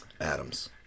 Adams